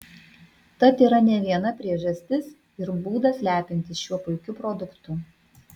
tad yra ne viena priežastis ir būdas lepintis šiuo puikiu produktu